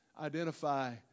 identify